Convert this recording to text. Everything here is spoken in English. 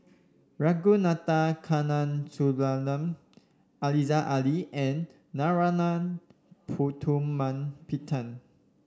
Ragunathar Kanagasuntheram Aziza Ali and Narana Putumaippittan